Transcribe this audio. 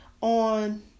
on